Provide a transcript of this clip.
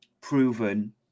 proven